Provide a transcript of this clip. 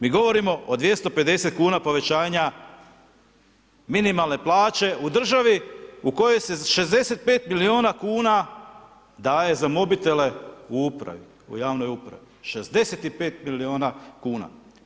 Mi govorimo od 250,00 kn povećanja minimalne plaće u državi u kojoj se 65 milijuna kuna daje za mobitele u upravi, u javnoj upravi, 65 milijuna kuna.